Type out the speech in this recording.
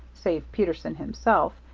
save peterson himself,